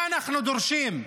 מה אנחנו דורשים?